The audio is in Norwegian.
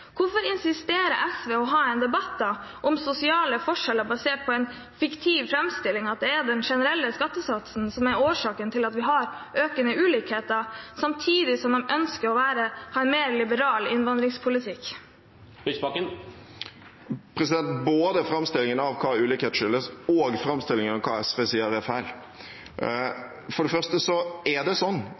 Hvorfor insisterer SV på å ha en debatt om sosiale forskjeller basert på en fiktiv framstilling – at det er den generelle skattesatsen som er årsaken til at vi har økende ulikheter – samtidig som man ønsker å ha en mer liberal innvandringspolitikk? Både framstillingen av hva ulikhet skyldes, og framstillingen av hva SV sier, er feil. For det første er det